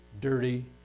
dirty